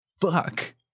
Fuck